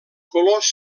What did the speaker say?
colors